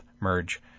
merge